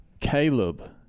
Caleb